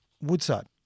Woodside